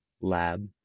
lab